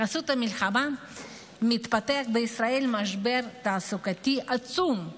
בחסות המלחמה מתפתח בישראל משבר תעסוקתי עצום,